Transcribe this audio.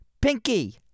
pinky